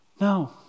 No